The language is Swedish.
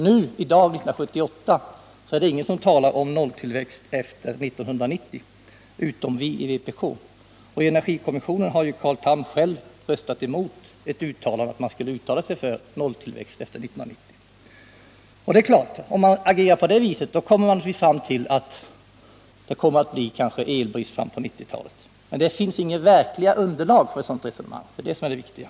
1978 är det ingen som talar om nolltillväxt efter 1990 utom vii vpk. I energikommissionen har Carl Tham själv röstat emot ett förslag om att man skulle uttala sig för nolltillväxt efter 1990. Agerar man på det viset kommer man naturligtvis fram till att det kanske blir elbrist på 1990-talet. Men det finns inget verkligt underlag för ett sådant resonemang. Det är det som är det viktiga.